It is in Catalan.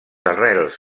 arrels